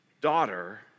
daughter